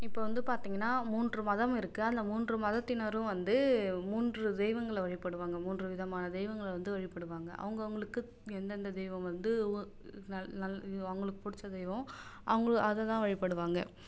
இப்போது வந்து பார்த்தீங்கன்னா மூன்று மதம் இருக்குது அந்த மூன்று மதத்தினரும் வந்து மூன்று தெய்வங்களை வழிபடுவாங்க மூன்று விதமான தெய்வங்களை வந்து வழிபடுவாங்க அவங்கவுங்களுக்கு எந்தெந்த தெய்வம் வந்து அவங்களுக்கு பிடிச்ச தெய்வம் அவங்க அதை தான் வழிபடுவாங்க